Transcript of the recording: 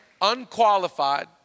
unqualified